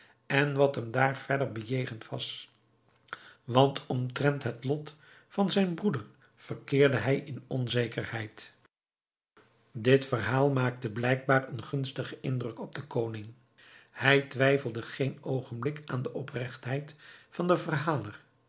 en wat hem daar verder bejegend was want omtrent het lot van zijn broeder verkeerde hij in onzekerheid dit verhaal maakte blijkbaar een gunstigen indruk op den koning hij twijfelde geen oogenblik aan de opregtheid van den verhaler